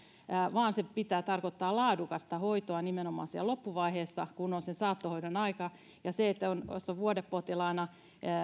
vaan sen pitää tarkoittaa laadukasta hoitoa nimenomaan siellä loppuvaiheessa kun on sen saattohoidon aika jos on vuodepotilaana